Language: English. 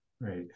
Right